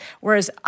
whereas